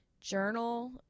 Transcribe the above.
journal